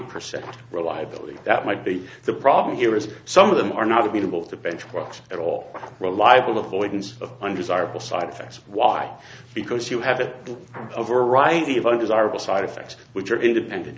percent reliability that might be the problem here is some of them are not available to benchmarks at all reliable of boykins of undesirable side effects why because you have a variety of undesirable side effects which are independent